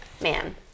man